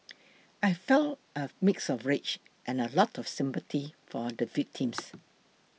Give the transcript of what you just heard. I felt a mix of rage and a lot of sympathy for the victims